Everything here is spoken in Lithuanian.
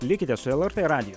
likite su lrt radiju